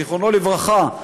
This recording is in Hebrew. זיכרונו לברכה,